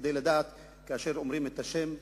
כדי לדעת כאשר אומרים את השם,